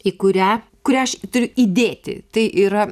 į kurią kurią aš turiu įdėti tai yra